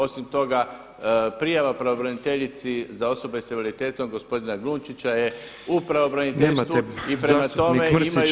Osim toga, prijava pravobraniteljici za osobe s invaliditetom gospodina Glunčića je u pravobraniteljstvu i prema tome imaju…